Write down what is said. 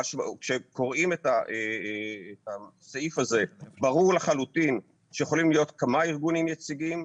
כשקוראים את הסעיף הזה ברור לחלוטין שיכולים להיות כמה ארגונים יציגים,